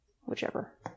whichever